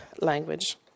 language